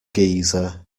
geezer